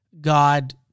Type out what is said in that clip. God